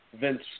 Vince